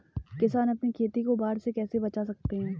किसान अपनी खेती को बाढ़ से कैसे बचा सकते हैं?